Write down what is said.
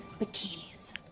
bikinis